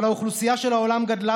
אבל האוכלוסייה של העולם גדלה,